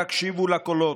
תקשיבו לקולות,